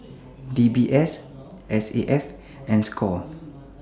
D B S S A F and SCORE